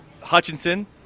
Hutchinson